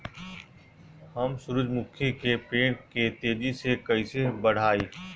हम सुरुजमुखी के पेड़ के तेजी से कईसे बढ़ाई?